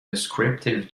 descriptive